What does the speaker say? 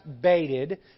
baited